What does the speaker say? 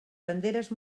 banderes